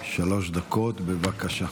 אלהואשלה, שלוש דקות, בבקשה.